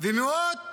ומאות